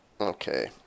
Okay